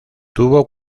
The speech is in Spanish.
tuvo